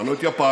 עברנו את יפן,